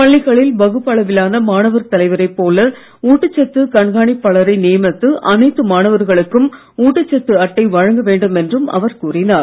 பள்ளிகளில் வகுப்பு அளவிலான மாணவர் தலைவரை போல ஊட்டச்சத்துக் கண்காணிப்பாளரை நியமித்து அனைத்து மாணவர்களுக்கும் ஊட்டச்சத்து அட்டை வழங்க வேண்டும் என்றும் அவர் கூறினார்